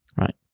right